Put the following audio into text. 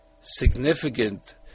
significant